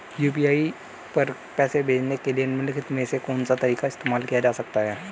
UPI पर पैसे भेजने के लिए निम्नलिखित में से कौन सा तरीका इस्तेमाल किया जा सकता है?